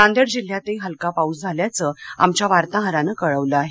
नांदेड जिल्ह्यातही हलका पाऊस झाल्याचं आमच्या वार्ताहरानं कळवलं आहे